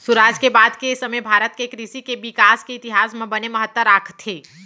सुराज के बाद के समे भारत के कृसि के बिकास के इतिहास म बने महत्ता राखथे